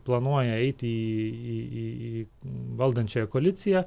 planuoja eiti į valdančiąją koaliciją